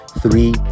Three